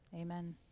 amen